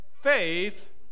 faith